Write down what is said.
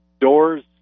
doors